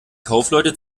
kaufleute